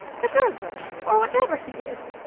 the burglar, or whatever he is,